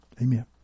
Amen